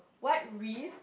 what risk